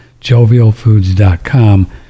Jovialfoods.com